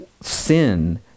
Sin